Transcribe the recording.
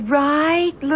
right